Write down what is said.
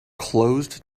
closed